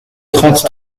trente